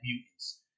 mutants